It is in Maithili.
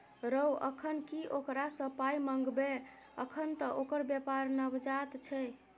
रौ अखन की ओकरा सँ पाय मंगबै अखन त ओकर बेपार नवजात छै